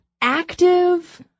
active